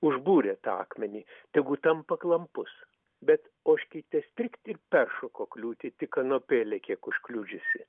užbūrė tą akmenį tegu tampa klampus bet ožkytė strikt ir peršoko kliūtį tik kanapėlę kiek užkliudžiusi